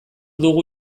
dugu